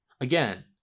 again